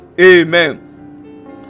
Amen